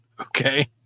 Okay